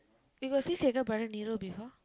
you got see Sekar brother Niru before